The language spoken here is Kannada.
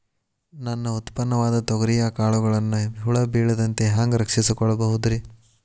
ನನ್ನ ಉತ್ಪನ್ನವಾದ ತೊಗರಿಯ ಕಾಳುಗಳನ್ನ ಹುಳ ಬೇಳದಂತೆ ಹ್ಯಾಂಗ ರಕ್ಷಿಸಿಕೊಳ್ಳಬಹುದರೇ?